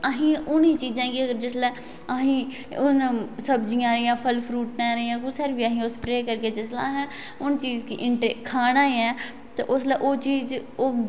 आसेगी उंहे चीजें गी जिसलै सब्जियां आई गेइयां फल फ्रूटे र अस स्प्रै करगे जिसलै असें चीज गी खाना ऐ उसलै ओह् चीज ओह्